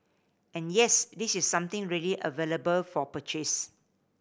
and yes this is something really available for purchase